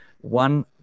One